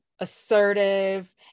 assertive